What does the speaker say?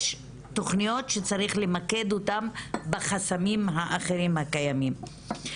יש תוכניות שצריך למקד אותן בחסמים האחרים הקיימים.